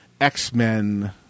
X-Men